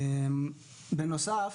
בנוסף,